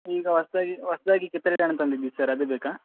ಈಗ ಹೊಸ್ದಾಗಿ ಹೊಸ್ದಾಗಿ ಕಿತ್ತಳೆ ಹಣ್ಣು ತಂದಿದ್ದೀವಿ ಸರ್ ಅದು ಬೇಕಾ